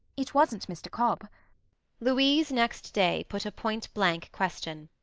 it wasn't mr. cobb louise, next day, put a point-blank question.